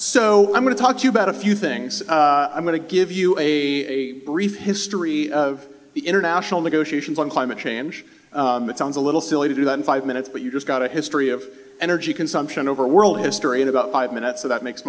so i'm going to talk to you about a few things i'm going to give you a brief history of the international negotiations on climate change it sounds a little silly to do that in five minutes but you just got a history of energy consumption over world history in about five minutes so that makes